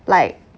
like